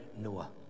Noah